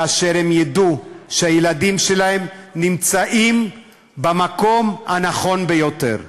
כאשר הם יודעים שהילדים שלהם נמצאים במקום הנכון ביותר.